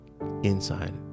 inside